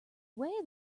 away